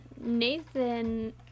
Nathan